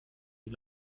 die